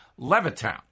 Levittown